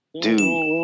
Dude